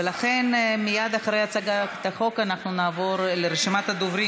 ולכן מייד אחרי הצגת החוק אנחנו נעבור לרשימת הדוברים,